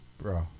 bro